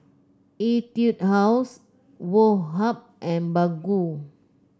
Etude House Woh Hup and Baggu